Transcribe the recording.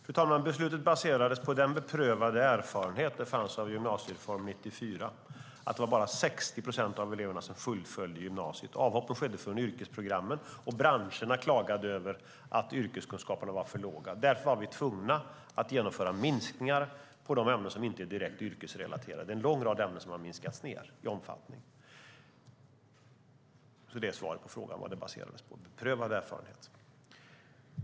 Fru talman! Beslutet baserades på den beprövade erfarenhet som fanns av gymnasiereformen 1994, att det bara var 60 procent av eleverna som fullföljde gymnasiet. Avhoppen skedde från yrkesprogrammen, och branscherna klagade över att yrkeskunskaperna var för låga. Därför var vi tvungna att genomföra minskningar av de ämnen som inte var direkt yrkesrelaterade. Det är en lång rad ämnen som har minskats ned i omfattning. Svaret på frågan om vad beslutet baserades på är beprövad erfarenhet.